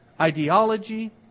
ideology